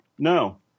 No